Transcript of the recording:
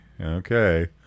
Okay